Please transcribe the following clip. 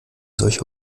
solche